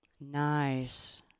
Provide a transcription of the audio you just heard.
Nice